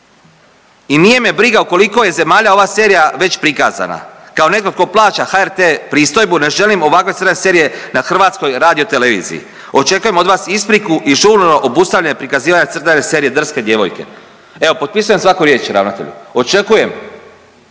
i nije me briga u koliko je zemalja ova serija već prikazana. Kao netko tko plaća HRT-e pristojbu ne želim ovakve crtane serije na Hrvatskoj radiotelevizije. Očekujem od vas ispriku i žurno obustavljanje prikazivanja crtane serije drske djevojke.“ Evo potpisujem svaku riječ ravnatelju. Očekujem